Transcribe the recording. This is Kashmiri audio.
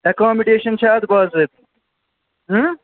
ایکامڈیٚشَن چھِ اَتھ باضٲبطہٕ